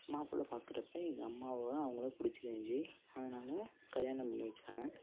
மாப்பிள்ளை பார்க்குறப்ப எங்கள் அம்மாவை அவங்களுக்கு பிடிச்சிருந்துச்சி அதனால கல்யாணம் பண்ணி வெச்சாங்க